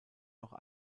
noch